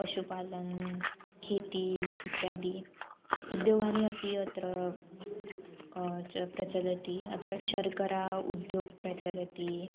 पशुपालनं खेती इत्यादयः उद्योगाः अपि अत्र प्रचलन्ति अत्र शर्करा उद्योगः प्रचलति